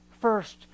first